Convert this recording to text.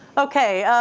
okay,